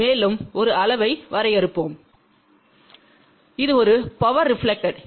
மேலும் ஒரு அளவை வரையறுப்போம் இது ஒரு பவர் ரெபிளேக்டெட்